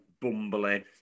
bumbling